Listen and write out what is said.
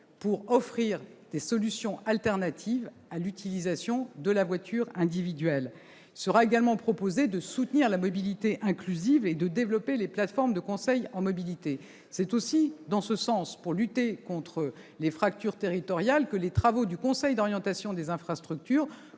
d'offrir des solutions alternatives à l'utilisation de la voiture individuelle, de soutenir la mobilité inclusive et de développer les plateformes de conseil en mobilité. Dans ce même objectif de lutte contre les fractures territoriales, les travaux du Conseil d'orientation des infrastructures